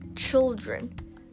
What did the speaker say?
children